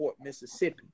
Mississippi